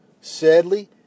Sadly